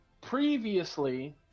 Previously